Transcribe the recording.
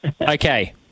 Okay